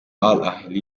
ahly